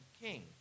king